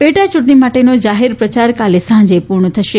પેટાચૂંટણી માટેનો જાહેર પ્રયાર કાલે સાંજે પૂર્ણ થશે